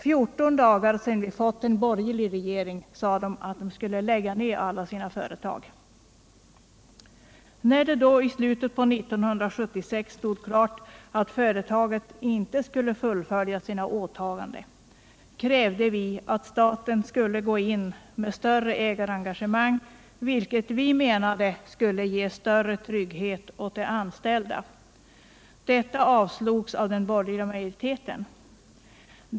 14 dagar efter det att vi fått en borgerlig regering sade ägarna att man skulle lägga ned alla sina företag. När det i slutet av 1976 stod klart att företaget inte skulle fullfölja sina åtaganden, krävde vi att staten skulle gå in med större ägarengagemang, vilket vi menade skulle ge större trygghet åt de anställda. Detta krav avslogs av den borgerliga majoriteten.